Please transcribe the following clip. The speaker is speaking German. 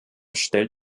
stellt